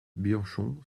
bianchon